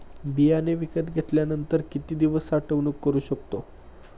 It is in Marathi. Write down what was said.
बियाणे विकत घेतल्यानंतर किती दिवस साठवणूक करू शकतो?